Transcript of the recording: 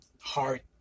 hard